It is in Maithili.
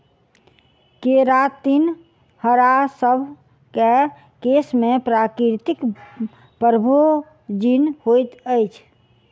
केरातिन हमरासभ केँ केश में प्राकृतिक प्रोभूजिन होइत अछि